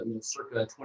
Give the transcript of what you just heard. circa